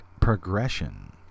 progression